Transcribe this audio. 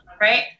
Right